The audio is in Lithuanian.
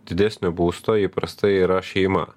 didesnio būsto įprastai yra šeima